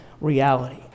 reality